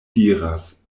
diras